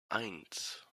eins